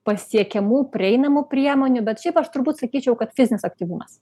pasiekiamų prieinamų priemonių bet šiaip aš turbūt sakyčiau kad fizinis aktyvumas